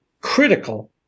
critical